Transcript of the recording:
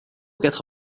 quatre